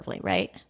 right